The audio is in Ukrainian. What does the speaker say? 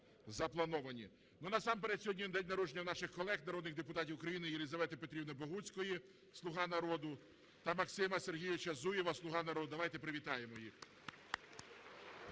заплановані. Насамперед сьогодні день народження у наших колег народних депутатів України Єлизавети Петрівни Богуцької ("Слуга народу") та Максима Сергійовича Зуєва ("Слуга народу"). Давайте привітаємо їх.